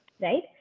right